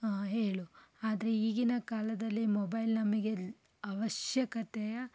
ಹೇಳು ಆದರೆ ಈಗಿನ ಕಾಲದಲ್ಲಿ ಮೊಬೈಲ್ ನಮಗೆಲ್ಲ ಅವಶ್ಯಕತೆಯ